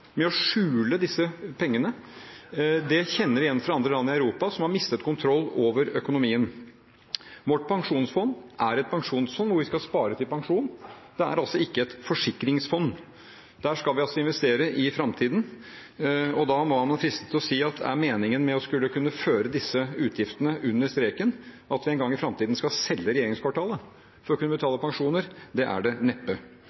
med å skjule disse pengene – det kjenner vi igjen fra andre land i Europa som har mistet kontroll over økonomien. Vårt pensjonsfond er et pensjonsfond hvor vi skal spare til pensjon. Det er altså ikke et forsikringsfond. Der skal vi investere i framtiden. Da kan man være fristet til å si: Er meningen med å skulle kunne føre disse utgiftene under streken at vi en gang i framtiden skal selge regjeringskvartalet for å kunne betale pensjoner? Det er det neppe.